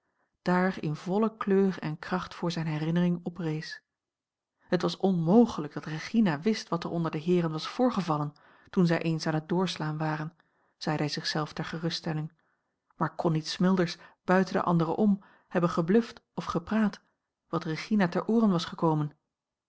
daar in volle kleur en kracht voor zijne herinnering oprees het was onmogelijk dat regina wist wat er onder de heeren was voorgevallen toen zij eens aan het doorslaan waren zeide hij zich zelf ter geruststelling maar kon niet smilders buiten de anderen om hebben gebluft of gepraat wat regina ter ooren was gekomen